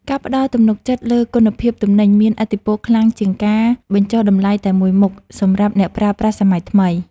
ការផ្តល់ទំនុកចិត្តលើគុណភាពទំនិញមានឥទ្ធិពលខ្លាំងជាងការបញ្ចុះតម្លៃតែមួយមុខសម្រាប់អ្នកប្រើប្រាស់សម័យថ្មី។